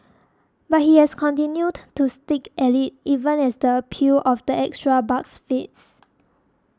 but he has continued to stick at it even as the appeal of the extra bucks fades